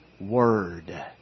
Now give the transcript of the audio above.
word